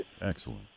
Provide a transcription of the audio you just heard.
Excellent